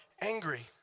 angry